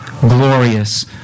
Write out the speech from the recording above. glorious